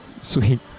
Sweet